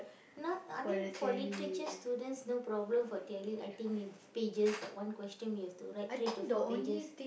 not I mean for literature students no problem for theory writing it's pages but one question you have to write three to four pages